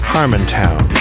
Harmontown